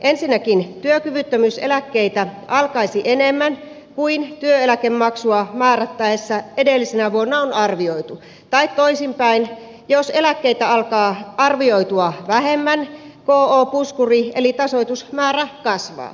ensinnäkin työkyvyttömyyseläkkeitä alkaisi enemmän kuin työeläkemaksua määrättäessä edellisenä vuonna on arvioitu tai toisin päin jos eläkkeitä alkaa arvioitua vähemmän kyseessä oleva puskuri eli tasoitusmäärä kasvaa